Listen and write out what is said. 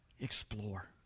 explore